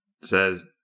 says